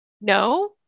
no